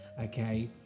okay